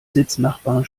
sitznachbarn